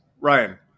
Ryan